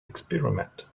experiment